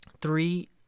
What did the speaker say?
three